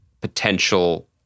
potential